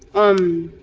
um,